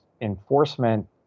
enforcement